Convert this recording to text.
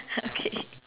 okay